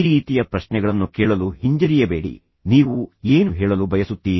ಈ ರೀತಿಯ ಪ್ರಶ್ನೆಗಳನ್ನು ಕೇಳಲು ಹಿಂಜರಿಯಬೇಡಿ ನೀವು ಏನು ಹೇಳಲು ಬಯಸುತ್ತೀರಿ